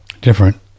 different